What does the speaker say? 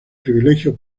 privilegio